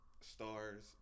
stars